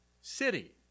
city